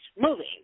moving